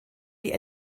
wie